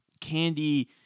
Candy